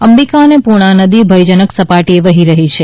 અંબિકા અને પૂર્ણ નદી ભયજનક સપાટીએ વહી રહી છે